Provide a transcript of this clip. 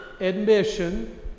admission